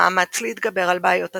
במאמץ להתגבר על בעיות התנועה,